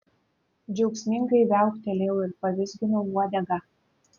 džiaugsmingai viauktelėjau ir pavizginau uodegą